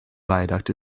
viaduct